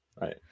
Right